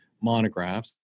monographs